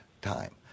time